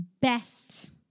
best